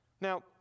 Now